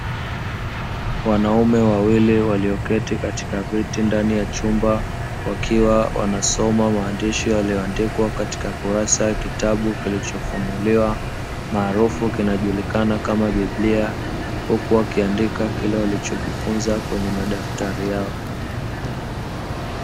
Wanaume wawili walioketi katika viti ndani ya chumba, wakiwa wanasoma maandishi yaliyoandikwa katika kurasa ya kitabu kilichofunuliwa maarufu kinachojulikana kama Biblia, huku wakiandika kile walichojifunza kwenye madaftari yao.